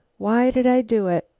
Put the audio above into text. why did i do it?